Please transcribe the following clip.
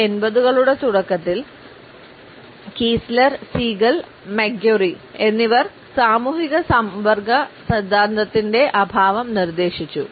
1980 കളുടെ തുടക്കത്തിൽ Kiesler Siegel McGuire എന്നിവർ സാമൂഹിക സമ്പർക്ക സിദ്ധാന്തത്തിന്റെ അഭാവം നിർദ്ദേശിച്ചു